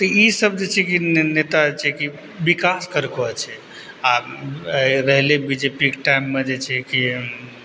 तऽ ई सब जे छै कि नेता सब छै कि विकास कयलको छै आओर रहलै बीजेपीके टाइममे जे छै कि